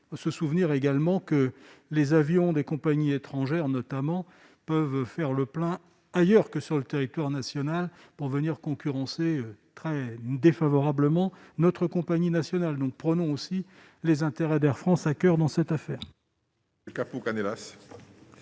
ce souvenir également que les avions des compagnies étrangères notamment peuvent faire le plein ailleurs que sur le territoire national pour venir concurrencer très défavorablement notre compagnie nationale, nous prenons aussi les intérêts d'Air France à coeur dans cette affaire.